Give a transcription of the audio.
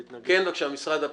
כן, בבקשה, משרד הפנים.